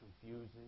confusing